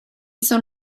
son